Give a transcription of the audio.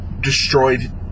destroyed